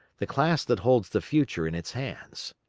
the class that holds the future in its hands.